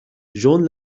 جون